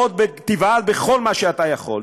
תבעט בכל מה שאתה יכול.